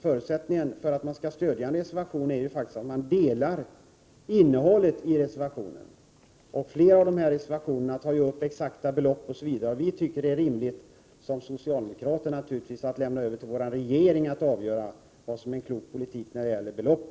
Förutsättningen för att man skall stödja en reservation är faktiskt att man delar innehållet i den. Flera av dessa reservationer tar t.ex. upp exakta belopp. Vi socialdemokrater tycker naturligtvis att det är rimligt att överlåta till vår regering att avgöra vad som är en klok politik när det gäller belopp.